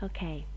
Okay